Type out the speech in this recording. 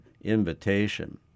Invitation